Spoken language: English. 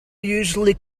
usually